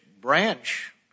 branch